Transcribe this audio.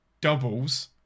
doubles